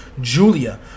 Julia